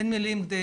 אין מה להוסיף,